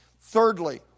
Thirdly